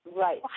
Right